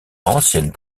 ancienne